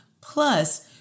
Plus